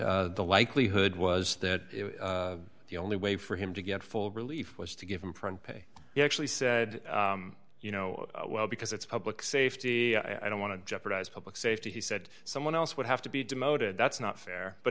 the likelihood was that the only way for him to get full relief was to give him print pay he actually said you know well because it's public safety i don't want to jeopardize public safety he said someone else would have to be demoted that's not fair but